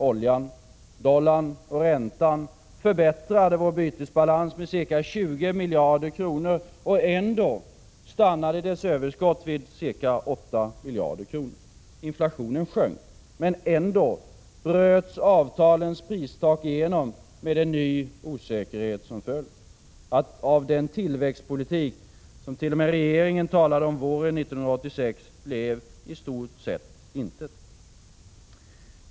Oljan, dollarn och räntan förbättrade vår bytesbalans med ca 20 miljarder kronor, och ändå stannade dess överskott vid ca 8 miljarder kronor. Inflationen sjönk, men ändå bröts avtalens pristak igenom med en ny osäkerhet som följd. Av den tillväxtpolitik som t.o.m. regeringen talade om våren 1986 blev i stort sett intet.